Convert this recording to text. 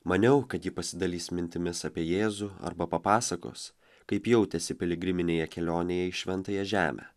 maniau kad ji pasidalys mintimis apie jėzų arba papasakos kaip jautėsi piligriminėje kelionėje į šventąją žemę